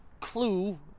clue